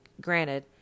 granted